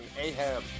Ahab